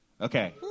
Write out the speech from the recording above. Okay